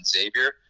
Xavier